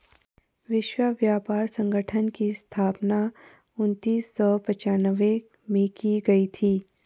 विश्व व्यापार संगठन की स्थापना उन्नीस सौ पिच्यानवे में की गई थी